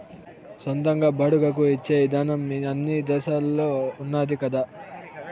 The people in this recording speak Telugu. సొంతంగా బాడుగకు ఇచ్చే ఇదానం అన్ని దేశాల్లోనూ ఉన్నాది కదా